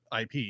IP